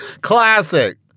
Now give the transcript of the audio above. Classic